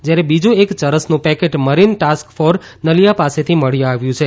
જ્યારે બીજું એક ચરસનું packet marine task force Naliya પાસેથી મળી આવ્યું છે